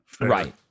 right